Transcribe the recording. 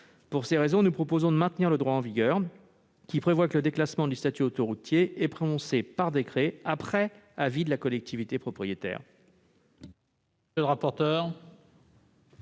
Pour ces raisons, nous proposons de maintenir le droit en vigueur, qui prévoit que le déclassement du statut autoroutier est prononcé par décret, après avis de la collectivité propriétaire.